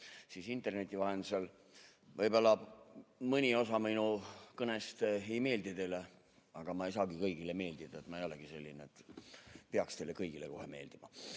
interneti vahendusel! Võib-olla mõni osa minu kõnest ei meeldi teile, aga ma ei saagi kõigile meeldida – ma ei olegi selline, et peaks teile kõigile kohe meeldima. Tahan